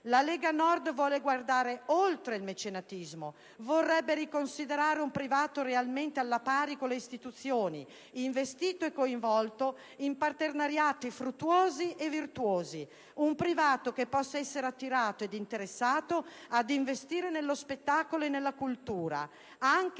La Lega Nord vuole guardare oltre il mecenatismo; vorrebbe riconsiderare un privato realmente alla pari con le istituzioni, investito e coinvolto in partenariati fruttuosi e virtuosi. Un privato che possa essere attirato ed interessato ad investire nello spettacolo e nella cultura, anche